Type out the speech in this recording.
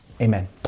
amen